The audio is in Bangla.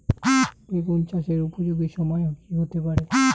বেগুন চাষের উপযোগী সময় কি হতে পারে?